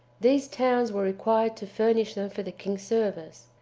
these towns were required to furnish them for the king's service,